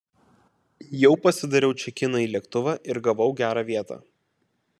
jau pasidariau čekiną į lėktuvą ir gavau gerą vietą